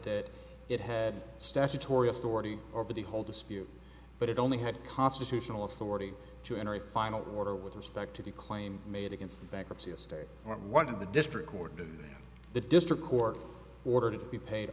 that it had statutory authority over the whole dispute but it only had constitutional authority to enter a final order with respect to the claim made against the bankruptcy estate or one of the district court and the district court order to be paid